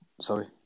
sorry